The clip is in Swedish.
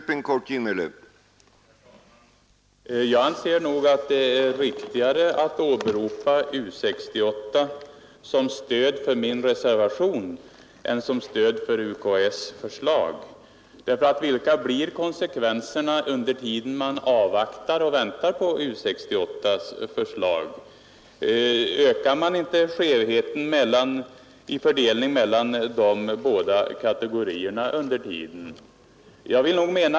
Herr talman! Jag anser nog att det är riktigare att åberopa U 68 som stöd för min reservation än som stöd för UKÄ:s förslag. Vilka blir konsekvenserna under tiden man avvaktar och väntar på U 68:s förslag? Ökar man inte skevheten i fördelning mellan de båda kategorierna under tiden?